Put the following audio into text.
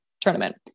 Tournament